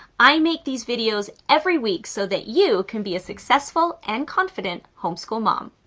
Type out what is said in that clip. i make these videos every week so that you can be a successful and confident homeschool mom.